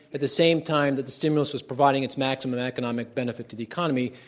at the same time that the stimulus was providing its maximum economic benefit to the economy.